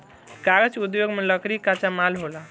कागज़ उद्योग में लकड़ी कच्चा माल होला